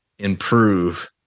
improve